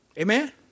Amen